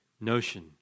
notion